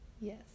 yes